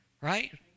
right